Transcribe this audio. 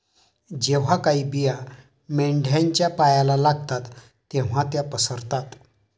जेव्हा काही बिया मेंढ्यांच्या पायाला लागतात तेव्हा त्या पसरतात